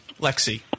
Lexi